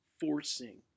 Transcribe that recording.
forcing